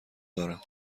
دارم